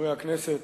חברי הכנסת,